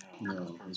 No